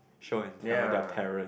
show and tell their parent